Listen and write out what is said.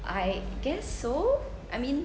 I guess so I mean